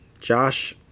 Josh